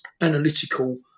analytical